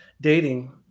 dating